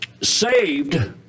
saved